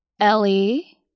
Ellie